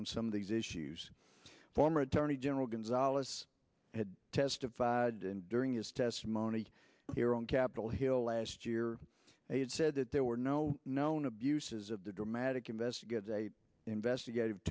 on some of these issues former attorney general gonzales had testified and during his testimony here on capitol hill last year he had said that there were no known abuses of the dramatic investigate a investigative